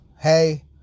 hey